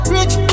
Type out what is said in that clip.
Rich